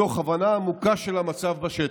מתוך הבנה עמוקה של המצב בשטח,